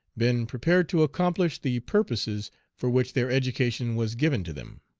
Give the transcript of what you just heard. been prepared to accomplish the purposes for which their education was given to them.